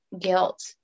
guilt